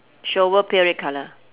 shovel pail red colour